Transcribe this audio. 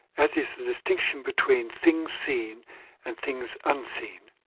as is the distinction between things seen and things unseen.